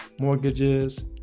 mortgages